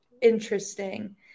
interesting